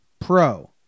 Pro